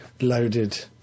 loaded